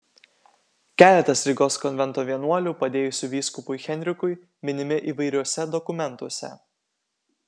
keletas rygos konvento vienuolių padėjusių vyskupui henrikui minimi įvairiuose dokumentuose